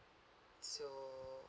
so